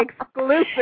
exclusive